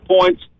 points